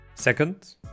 Second